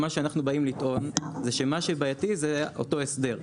מה שאנחנו באים לטעון פה הוא שמה שבעייתי זה אותו הסדר,